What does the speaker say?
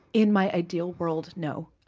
in my ideal world, no.